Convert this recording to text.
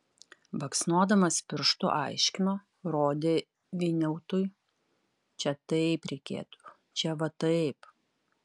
baksnodamas pirštu aiškino rodė vyniautui čia taip reikėtų čia va taip